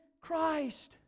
Christ